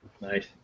Nice